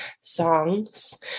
songs